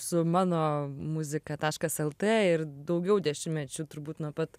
su mano muzika taškas lt ir daugiau dešimtmečių turbūt nuo pat